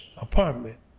apartment